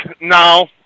No